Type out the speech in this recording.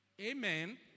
Amen